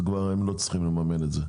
לא יצטרכו לממן את זה.